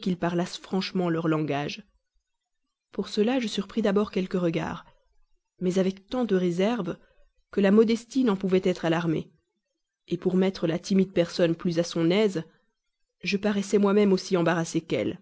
qu'ils parlassent franchement leur langage pour cela je surpris d'abord quelques regards mais avec tant de réserve que la modestie n'en pouvait être alarmée pour mettre la timide personne plus à son aise je paraissais moi-même aussi embarrassé qu'elle